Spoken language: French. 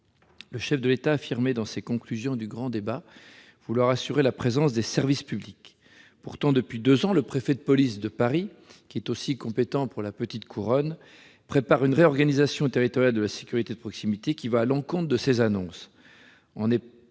le chef de l'État a affirmé vouloir garantir la présence des services publics. Pourtant, depuis deux ans, le préfet de police de Paris, qui est aussi compétent pour la petite couronne, prépare une réorganisation territoriale de la sécurité de proximité allant à l'encontre de ces annonces.